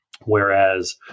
Whereas